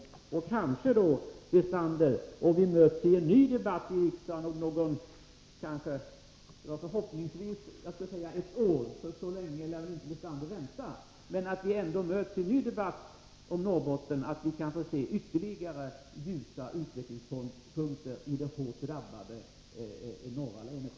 Kanske kan vi, Paul Lestander, om vi möts i en ny debatt i riksdagen inom förhoppningsvis ett år — så länge lär väl 157 inte Paul Lestander vänta — se nya ljusa utvecklingstendenser i det hårt drabbade norra länet.